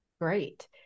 Great